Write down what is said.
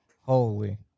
Holy